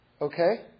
Okay